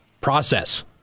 process